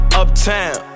uptown